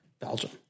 Belgium